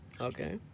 Okay